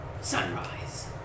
Sunrise